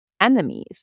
enemies